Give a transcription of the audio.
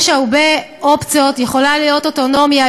יש הרבה אופציות: יכולה להיות אוטונומיה,